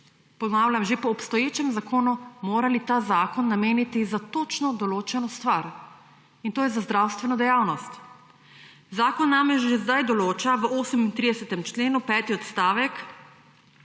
ponavljam, že po obstoječem zakonu morali ta denar nameniti za točno določeno stvar, in to je za zdravstveno dejavnost. Zakon namreč že zdaj določa v 38. členu, peti odstavek,